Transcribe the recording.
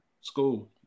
School